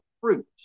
fruit